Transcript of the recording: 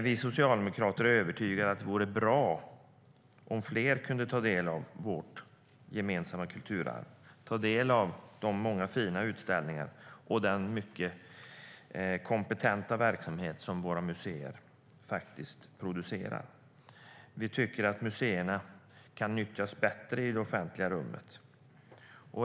Vi socialdemokrater är övertygade om att det vore bra om fler kunde ta del av vårt gemensamma kulturarv, de många fina utställningar och den kompetenta verksamhet som våra museer faktiskt producerar. Vi tycker att museerna kan nyttjas bättre i det offentliga rummet.